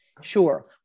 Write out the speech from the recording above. Sure